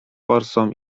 forsą